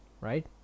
right